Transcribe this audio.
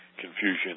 Confusion